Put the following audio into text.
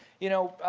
you know,